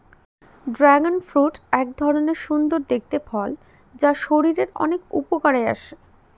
dragon fruit এক ধরনের সুন্দর দেখতে ফল যা শরীরের অনেক উপকারে আসে